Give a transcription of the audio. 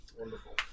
Wonderful